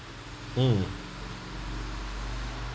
mm